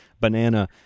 Banana